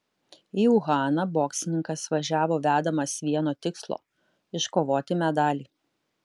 į uhaną boksininkas važiavo vedamas vieno tikslo iškovoti medalį